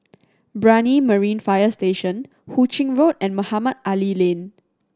Brani Marine Fire Station Hu Ching Road and Mohamed Ali Lane